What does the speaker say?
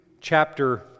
chapter